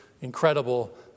incredible